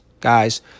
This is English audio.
guys